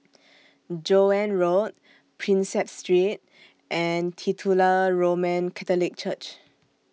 Joan Road Prinsep Street and Titular Roman Catholic Church